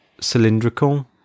cylindrical